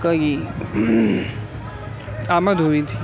کئی آمد ہوئی تھی